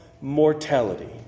mortality